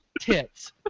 tits